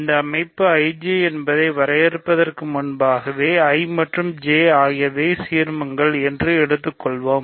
இந்த அமைப்பு IJ என்பதை வரையறுப்பதற்கு முன்பே I மற்றும் J ஆகியவை சீர்மங்கள் என்று எடுத்துக் கொள்வோம்